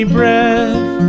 breath